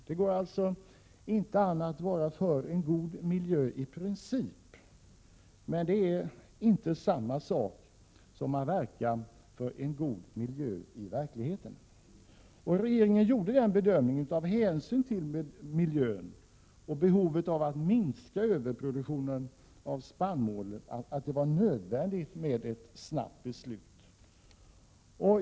Det går att vara för en god miljö i princip, men det är inte samma sak som att verka för en god miljö i verkligheten. Förbudet mot stråför Regeringen gjorde den bedömningen, med hänsyn till miljön och behover — kortning av att minska överproduktionen av spannmål, att det var nödvändigt med ett snabbt beslut.